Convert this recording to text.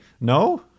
No